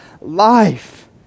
life